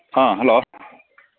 ꯑꯥ hello